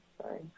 sorry